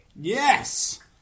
Yes